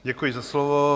Děkuji za slovo.